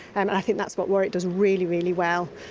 and i think that's what warwick does really, really well.